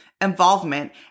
involvement